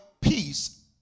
peace